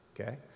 Okay